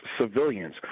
civilians